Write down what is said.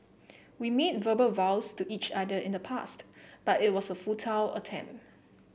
we made verbal vows to each other in the past but it was a futile attempt